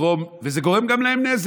וזה גורם גם להם נזק.